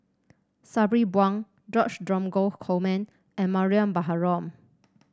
Sabri Buang George Dromgold Coleman and Mariam Baharom